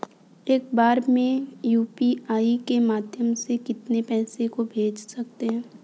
एक बार में यू.पी.आई के माध्यम से कितने पैसे को भेज सकते हैं?